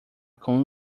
com